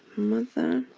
mother.